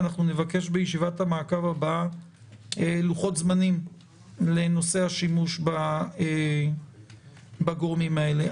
ואנחנו נבקש בישיבת המעקב הבאה לוחות זמנים לנושא השימוש בגורמים האלה.